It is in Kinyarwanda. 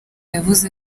yavuze